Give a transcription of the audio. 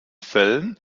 fällen